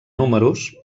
números